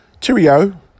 Cheerio